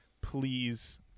please